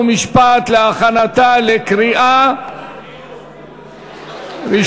חוק ומשפט להכנתה לקריאה ראשונה.